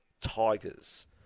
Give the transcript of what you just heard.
Tigers